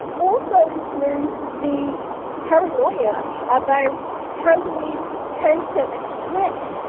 also through the paranoia about how do we counter this threat?